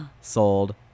sold